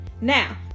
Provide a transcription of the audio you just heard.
Now